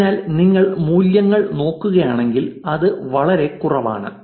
അതിനാൽ നിങ്ങൾ മൂല്യങ്ങൾ നോക്കുകയാണെങ്കിൽ അത് വളരെ കുറവാണ്